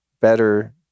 better